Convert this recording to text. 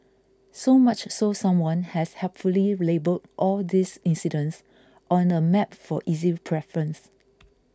so much so someone has helpfully labelled all these incidents on a map for easy preference